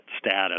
status